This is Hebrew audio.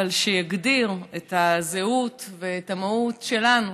אבל שיגדיר את הזהות ואת המהות שלנו,